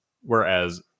Whereas